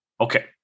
Okay